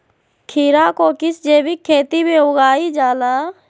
खीरा को किस जैविक खेती में उगाई जाला?